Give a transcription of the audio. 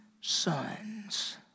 sons